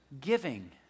giving